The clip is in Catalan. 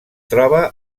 troba